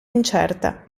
incerta